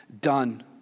done